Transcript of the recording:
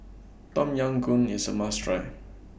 Tom Yam Goong IS A must Try